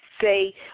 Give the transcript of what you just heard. say